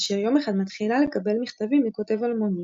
אשר יום אחד מתחילה לקבל מכתבים מכותב אלמוני,